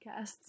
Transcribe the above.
podcasts